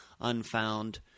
Unfound